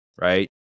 right